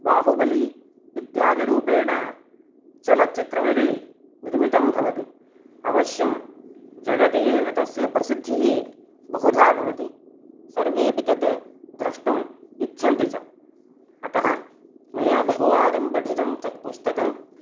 बाहुबली इत्यादिरूपेण चलच्चित्रं यदि निर्मितं भवति अवश्यं जगति एव तस्य प्रसिद्धिः बहुधा भवति सर्वेपि तत् द्रष्टुम् इच्छन्ति च अतः मया बहुवारं पठितं तत् पुस्तकम्